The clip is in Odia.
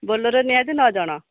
ବୋଲେରୋ ନିହାତି ନଅ ଜଣ